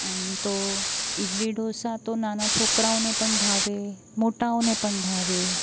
આમ તો ઇડલી ઢોંસા તો નાના છોકરાઓને પણ ભાવે મોટા ઓને પણ ભાવે